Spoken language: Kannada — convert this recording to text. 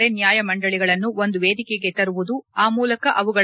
ಎಲ್ಲ ಅರೆ ನ್ನಾಯ ಮಂಡಳಿಗಳನ್ತು ಒಂದು ವೇದಿಕೆಗೆ ತರುವುದು ಆ ಮೂಲಕ ಅವುಗಳ